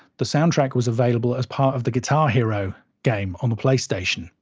the soundtrack was available as part of the guitar hero game on the playstation.